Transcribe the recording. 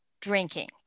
drinking